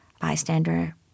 bystander